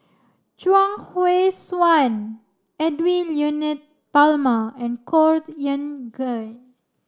Chuang Hui Tsuan Edwy Lyonet Talma and Khor Ean Ghee